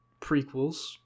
prequels